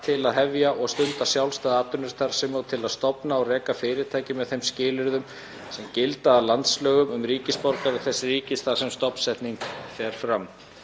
til að hefja og stunda sjálfstæða atvinnustarfsemi og til að stofna og reka fyrirtæki með þeim skilyrðum sem gilda að landslögum um ríkisborgara þess ríkis þar sem stofnsetning fer fram.